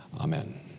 Amen